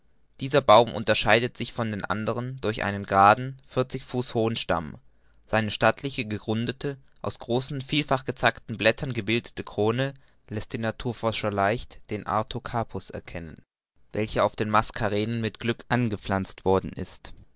dieser baum unterscheidet sich von den anderen durch einen geraden vierzig fuß hohen stamm seine stattlich gerundete aus großen vielfach gezackten blättern gebildete krone läßt den naturforscher leicht den artocarpus erkennen welche auf den maskarenen mit glück angepflanzt worden ist